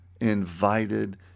invited